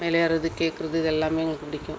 விளையாட்றது கேட்குறது இது எல்லாமே எங்களுக்கு பிடிக்கும்